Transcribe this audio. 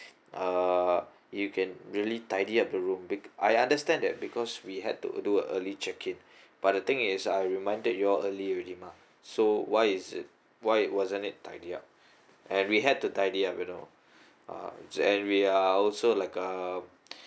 uh you can really tidy up the room quick I understand that because we had to do a early check in but the thing is I reminded y'all early already mah so why is it why wasn't it tidy up and we had to tidy up you know uh and we are also like uh